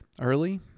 early